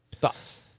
Thoughts